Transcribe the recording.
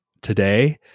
today